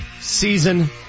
season